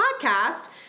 podcast